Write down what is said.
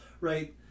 right